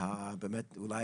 באמת אולי